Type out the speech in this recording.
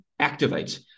activates